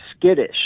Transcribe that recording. skittish